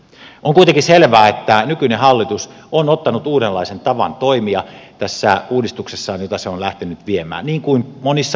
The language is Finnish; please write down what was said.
on kuitenkin selvää että nykyinen hallitus on ottanut uudenlaisen tavan toimia tässä uudistuksessaan jota se on lähtenyt viemään niin kuin monissa muissakin uudistuksissaan